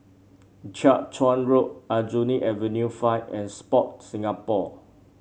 Jiak Chuan Road Aljunied Avenue Five and Sport Singapore